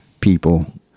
people